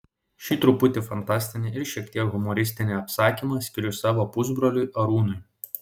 šį truputį fantastinį ir šiek tiek humoristinį apsakymą skiriu savo pusbroliui arūnui